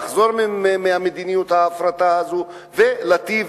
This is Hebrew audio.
לחזור ממדיניות ההפרטה הזאת ולהיטיב